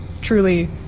truly